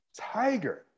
Tiger